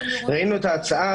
ראינו את ההצעה,